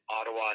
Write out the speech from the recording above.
Ottawa